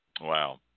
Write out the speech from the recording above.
Wow